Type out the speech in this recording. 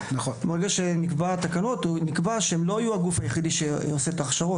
ברגע שנקבעו התקנות נקבע שהם לא יהיו הגוף היחידי שיעשה את ההכשרות.